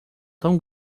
tão